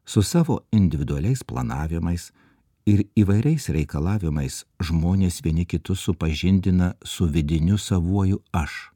su savo individualiais planavimais ir įvairiais reikalavimais žmonės vieni kitus supažindina su vidiniu savuoju aš